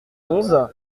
onze